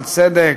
על צדק,